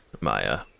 Maya